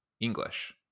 English